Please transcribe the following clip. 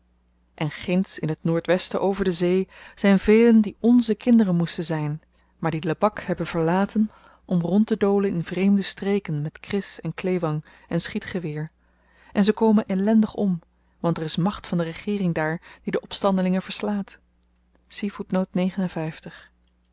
en ginds in t noordwesten over de zee zyn velen die nze kinderen moesten zyn maar die lebak hebben verlaten om rondtedolen in vreemde streken met kris en klewang en schietgeweer en ze komen ellendig om want er is macht van de regeering daar die de opstandelingen verslaat